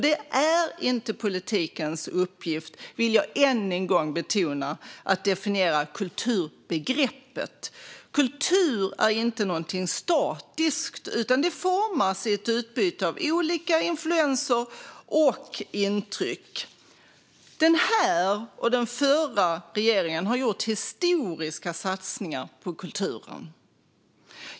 Det är inte politikens uppgift, vill jag än en gång betona, att definiera kulturbegreppet. Kultur är inte något statiskt, utan det formas i ett utbyte av olika influenser och intryck. Den här och den förra regeringen har gjort historiska satsningar på kulturen.